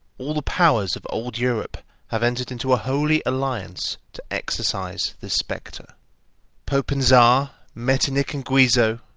all the powers of old europe have entered into a holy alliance to exorcise this spectre pope and czar, metternich and guizot,